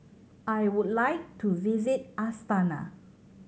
I would like to visit Astana